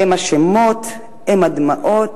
הם השמות, הם הדמעות,